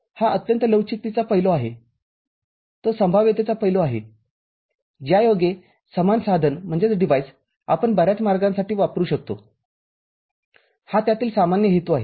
हा अत्यंत लवचिकतेचा पैलू आहे तो संभाव्यतेचा पैलू आहे ज्यायोगे समान साधन आपण बर्याच मार्गांसाठी वापरू शकतो हा त्यातील सामान्य हेतू आहे